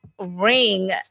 ring